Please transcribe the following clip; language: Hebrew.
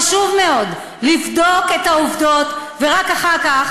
חשוב מאוד לבדוק את העובדות ורק אחר כך